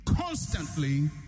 constantly